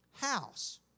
house